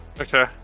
Okay